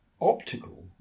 optical